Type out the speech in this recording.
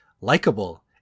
likable